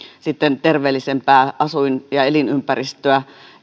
sitten terveellisempää asuin ja elinympäristöä